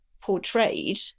portrayed